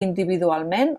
individualment